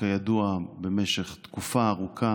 שכידוע במשך תקופה ארוכה